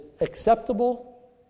acceptable